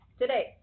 Today